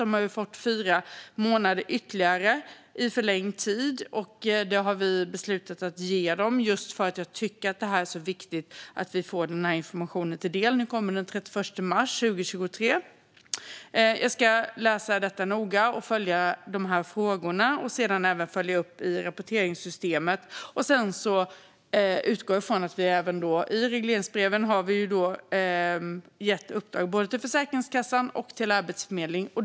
De har fått fyra månader ytterligare i förlängd tid, vilket vi har beslutat att ge dem just för att jag tycker att det är så viktigt att vi får denna information till del. Granskningen kommer den 31 mars 2023. Jag ska läsa den noga, följa dessa frågor och sedan följa upp detta i rapporteringssystemet. I regleringsbreven har vi gett uppdrag både till Försäkringskassan och till Arbetsförmedlingen.